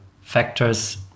factors